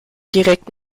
direkt